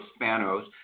Spanos